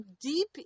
deep